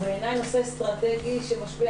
זה בעיניי נושא אסטרטגי שמשפיע,